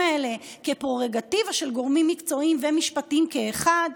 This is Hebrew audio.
האלה כפררוגטיבה של גורמים מקצועיים ומשפטיים כאחד,